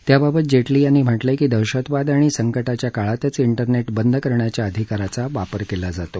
त्याबाबत जेटली यांनी म्हटलंय की दहशतवाद आणि संकटाच्या काळातच इंटरनेट बंद करण्याच्या अधिकाराचा वापर केला जातो